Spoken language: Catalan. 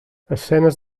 escenes